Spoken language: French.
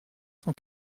cent